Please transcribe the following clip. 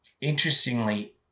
interestingly